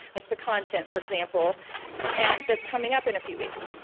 like the content, for example and that's coming up in a few weeks.